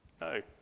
no